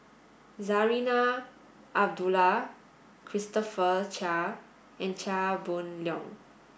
Zarinah Abdullah Christopher Chia and Chia Boon Leong